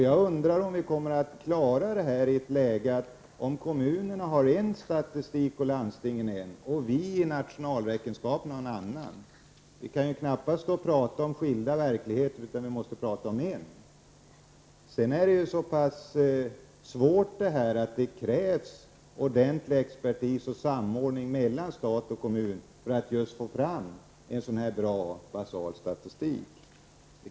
Jag undrar om vi kommer att klara detta i ett läge där kommunerna har en statistik, landstingen en annan och nationalräkenskaperna ytterligare en. Vi kan knappast tala om skilda verkligheter, utan det måste vara en. Detta är så svårt att det krävs ordentlig expertis och samordning mellan stat och kommun för att få fram en bra grundläggande statistik.